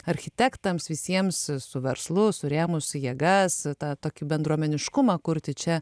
architektams visiems su verslu surėmus jėgas tą tokį bendruomeniškumą kurti čia